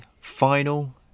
final